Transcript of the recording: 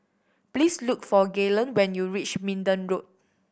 please look for Gaylon when you reach Minden Road